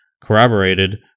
corroborated